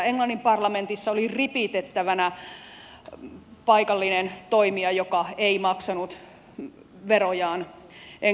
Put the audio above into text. englannin parlamentissa oli ripitettävänä paikallinen toimija joka ei maksanut verojaan englantiin